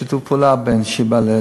שיתוף פעולה עם שיבא,